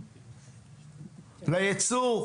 ליצור,